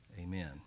amen